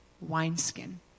wineskin